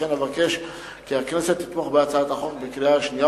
ולכן אבקש כי הכנסת תתמוך בה בקריאה השנייה